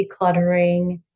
decluttering